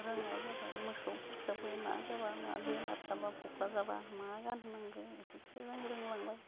रोंनाय जाबाय मोसौफोरखोबो मा जाबा मा बेमार जाबा फख्रा जाबा मा गोनहोनांगो बेफोरखो जो रोंलांबाय